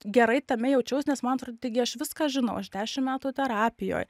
gerai tame jaučiuos nes man atrodo taigi aš viską žinau aš dešim metų terapijoj